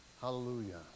Hallelujah